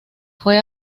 fue